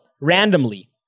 randomly